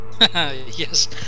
Yes